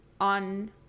on